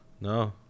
No